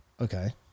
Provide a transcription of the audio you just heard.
Okay